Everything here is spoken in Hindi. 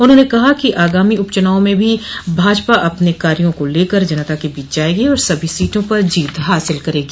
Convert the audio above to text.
उन्होंने कहा कि आगामी उपचुनाव में भी भाजपा अपने कार्यो को लेकर जनता के बीच जायेगी और सभी सीटों पर जीत हासिल करेगी